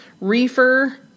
Reefer